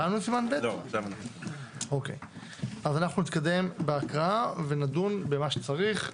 אנחנו נתקדם בהקראה ונדון במה שצריך.